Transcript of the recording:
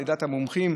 לדעת המומחים,